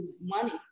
money